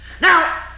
Now